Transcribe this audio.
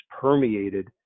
permeated